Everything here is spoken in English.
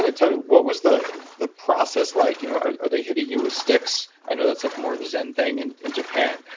and tell me, what was the the process like? you know are are they hitting you with sticks? i know that's like more of a zen thing and in japan,